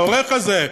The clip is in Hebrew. העורך הזה,